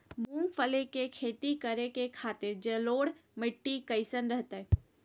मूंगफली के खेती करें के खातिर जलोढ़ मिट्टी कईसन रहतय?